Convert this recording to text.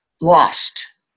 lost